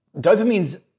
dopamine's